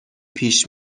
پیش